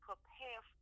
Prepare